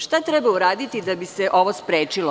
Šta treba uraditi da bi se ovo sprečilo?